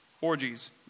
orgies